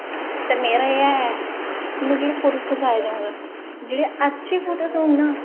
ते मेरा एह् ऐ में जेह्ड़े फोटो खचाए दे होङ जेह्ड़े अच्छे फोटोज होङ ना